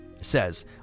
says